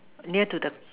near to the